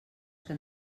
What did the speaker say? que